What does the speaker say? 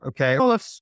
okay